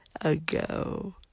ago